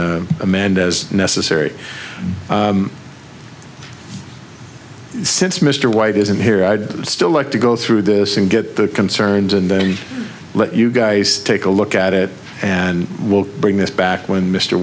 amend as necessary since mr white isn't here i'd still like to go through this and get their concerns and then let you guys take a look at it and we'll bring this back when mr